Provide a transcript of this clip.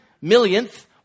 millionth